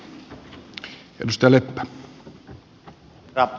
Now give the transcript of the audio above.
herra puhemies